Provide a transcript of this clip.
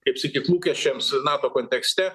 kaip sakyt lūkesčiams nato kontekste